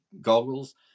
goggles